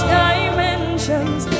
dimensions